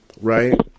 right